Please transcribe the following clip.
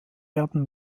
werden